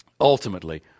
ultimately